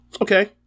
okay